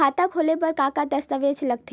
खाता खोले बर का का दस्तावेज लगथे?